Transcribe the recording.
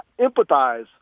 empathize